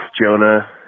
Jonah